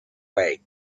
way